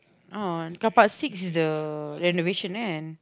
ah carpark six is the renovation one